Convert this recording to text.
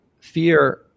fear